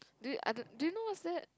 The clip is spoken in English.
do you i don't~ do you know what's that